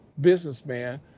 businessman